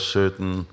certain